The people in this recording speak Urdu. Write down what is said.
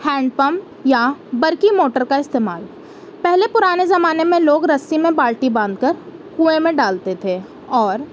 ہینڈ پمپ یا برقی موٹر کا استعمال پہلے پرانے زمانے میں لوگ رسی میں بالٹی باندھ کر کنویں میں ڈالتے تھے اور